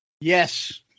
Yes